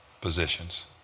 positions